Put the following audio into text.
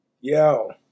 Yo